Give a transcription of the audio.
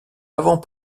avant